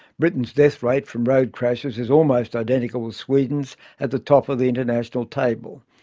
britain's death rate from road crashes is almost identical with sweden's at the top of the international table.